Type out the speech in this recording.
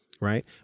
Right